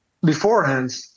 beforehand